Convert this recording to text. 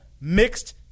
mixed